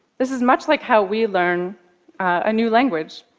this is much like how we learn a new language.